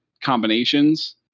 combinations